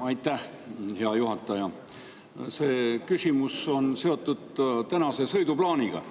Aitäh, hea juhataja! See küsimus on seotud tänase sõiduplaaniga.